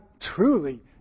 truly